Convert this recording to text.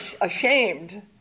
ashamed